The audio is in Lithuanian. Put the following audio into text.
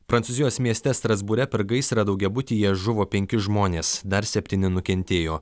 prancūzijos mieste strasbūre per gaisrą daugiabutyje žuvo penki žmonės dar septyni nukentėjo